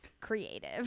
creative